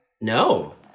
No